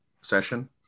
session